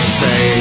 say